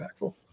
impactful